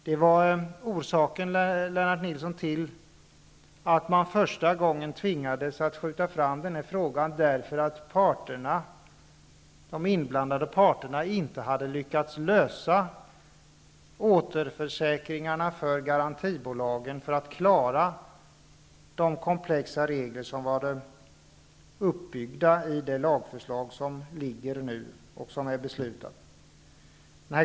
Det var orsaken, Lennart Nilsson, till att man första gången tvingades att skjuta fram den här frågan. De inblandade parterna hade inte lyckats lösa frågan med återförsäkringar för garantibolagen för att klara de komplexa regler som var uppbyggda i den lag som är beslutad.